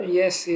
yes